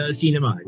cinema